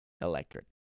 electric